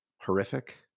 horrific